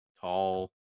tall